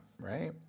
right